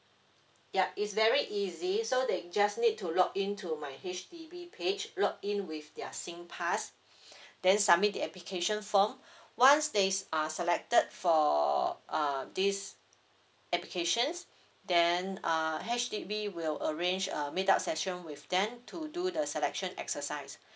yup it's very easy so they just need to log in to my H_D_B page log in with their sing pass then submit the application form once they are selected for um these applications then err H_D_B will arrange a meetup session with them to do the selection exercise